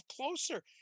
closer